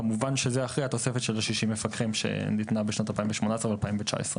כמובן שזה אחרי התוספת של 60 מפקחים שניתנה בשנים 2018 ו-2019.